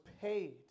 paid